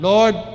Lord